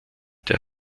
der